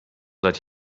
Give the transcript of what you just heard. seit